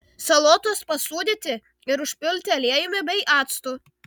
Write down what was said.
salotas pasūdyti ir užpilti aliejumi bei actu